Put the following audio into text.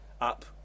Up